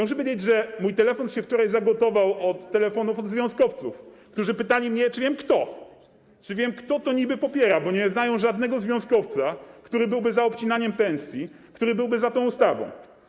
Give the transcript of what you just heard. Muszę powiedzieć, że mój telefon się wczoraj zagotował od połączeń od związkowców, którzy pytali mnie, czy wiem, kto to niby popiera, bo nie znają żadnego związkowca, który byłby za obcinaniem pensji, który byłby za ta ustawą.